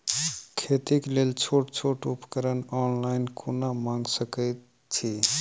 खेतीक लेल छोट छोट उपकरण ऑनलाइन कोना मंगा सकैत छी?